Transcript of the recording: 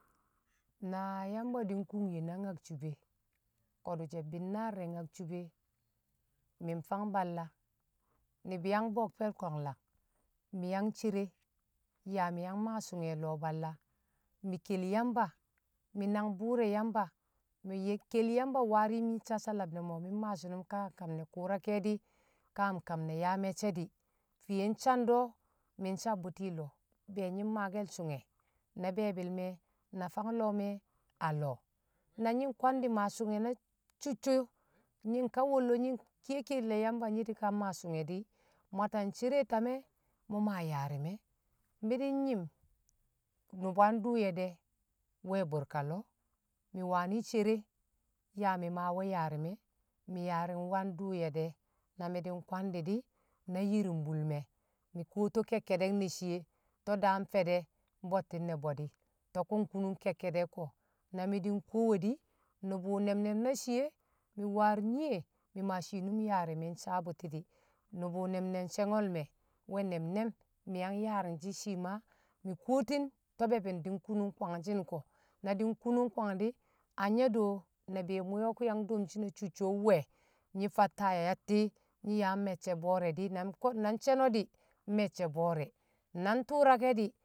naa yamba di̱ nkun ye̱ na ngaksube ko̱dṵ she̱ bi̱nnaar, ne̱ nyaksṵbe̱ mi̱ nfang balla, mibi yang bo̱bke̱l kwanlan mi̱ yang cere yaa mi̱ yang mea sunge̱ a lo̱o̱ balla mi̱ kel yamba mi̱ nang bṵṵr re̱ yamba, mi̱ kel yamba yaar yi̱m sassalab ce̱ me̱ o̱ mi̱ mmes shi̱nṵm ka akam ne̱ kṵṵra ke̱e̱di̱ ka a kamne̱ yaa me̱cce̱ di̱ fiye sande, mi̱ sabbṵti̱ lo̱o̱ be̱e̱ nyi mmaake̱l sṵnge̱ na be̱e̱bi̱l me̱ na fang loo me a lo̱o̱ na nyi̱ nkwandi̱ maa so̱nge̱ na cicco nyi̱ nka wollo yi nkiye ke̱lle̱ yamba nyi di̱ ka maa sṵnge̱ di̱ Mwata ncere tame mṵ ma yaari̱me̱ mi̱ di̱ nyi̱m nṵba ndṵṵ ye̱ de̱ we̱ burka lo̱o̱ mi̱ waani̱ cere yaa mi̱ ma we̱ yaari̱me̱ mi̱ maa wa ndṵṵ ye̱ de̱, na mi̱ di̱ nkwandi̱ di̱ na yiram bul me̱ me̱ kuwo to ke̱kke̱ de̱k ne̱ shiye to̱ daam fe̱e̱de̱ bo̱tto̱n ne bwe̱di̱ to̱ kṵ nkunung ke̱kke̱de̱k ko̱ na mi̱ di̱ kuwodi̱ nṵbṵ nem- nem na shii e̱ mi̱ waar nyiye mi maa shiinum yaari̱me̱ sawe̱ bṵti̱ di̱ nubu she̱ngo̱ me̱ we̱ nem- nem mi̱ yang yaaring shi̱ shii ma mi̱ kotin to̱ be̱bi̱n di̱ nkunung kwangshi̱n ko̱ na di̱ nkunung kwang di̱ anya do̱ na be̱e̱ muyo̱ ku yang domshi̱ na ci̱cco̱ nwe̱ nyi̱ fatta yatti̱ nyi̱ yam me̱cce̱ bo̱o̱re̱ de̱ na ko na she̱no̱ di̱ me̱cce̱ bo̱o̱re̱ na ntṵṵrake̱ di̱.